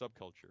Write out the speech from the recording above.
subculture